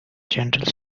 gentle